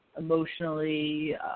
emotionally